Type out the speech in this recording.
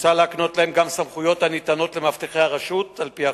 מוצע להקנות להם גם סמכויות הניתנות למאבטחי הרשות על-פי החוק.